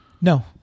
No